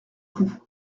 coup